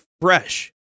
fresh